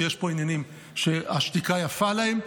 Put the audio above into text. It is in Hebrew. כי יש פה עניינים שהשתיקה יפה להם,